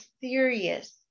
serious